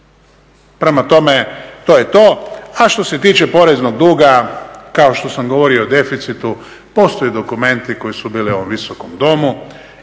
Prema tome, to je to a što se tiče poreznog duga kao što sam govorio o deficitu postoje dokumenti koji su bili u ovom Visokom domu.